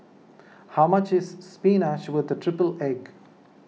how much is Spinach with Triple Egg